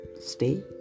stay